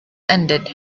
ended